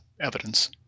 evidence